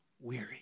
weary